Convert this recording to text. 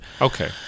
Okay